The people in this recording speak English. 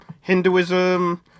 Hinduism